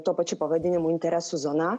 tuo pačiu pavadinimu interesų zona